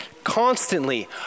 constantly